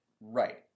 Right